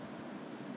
is it effective